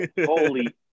Holy